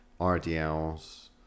rdls